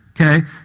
okay